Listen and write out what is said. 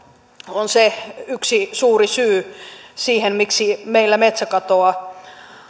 on se yksi suuri syy siihen miksi meillä metsäkatoa